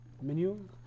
menu